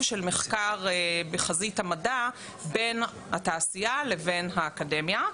של מחקר בחזית המדע בין התעשייה לבין האקדמיה.